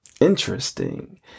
interesting